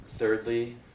Thirdly